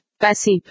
Passive